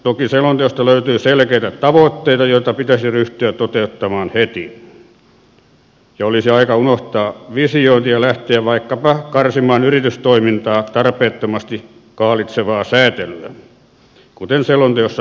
toki selonteosta löytyy selkeitä tavoitteita joita pitäisi ryhtyä toteuttamaan heti ja olisi aika unohtaa visiot ja lähteä vaikkapa karsimaan yritystoimintaa tarpeettomasti kahlitsevaa säätelyä kuten selonteossa mainitaan